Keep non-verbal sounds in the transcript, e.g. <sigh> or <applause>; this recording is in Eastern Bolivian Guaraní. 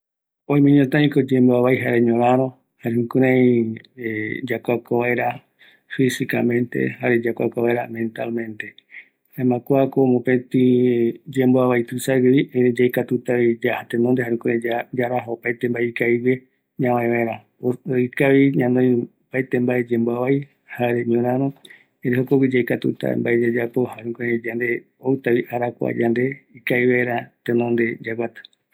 ﻿Oimeñotaiko yemboeavai jare ñoraro, <hesitation> jare jukurai yakua kua vaera fisikamente jare yakua kua vaera mental mente, jaema kuako mopeti yemboavai tuisaguevi, erei yaikatutavi yaja tenonde, jare jukurai yaraja opaetei mbae ikavigue ñavae vaera, erei ikavi ñanoi opaete yemboavai jare ñoraro, erei jokogui yaikatuta mbae yayapo, jare jukurai yande, outavi arakua yande, ikavi vaera tenonde yaguata